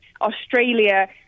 Australia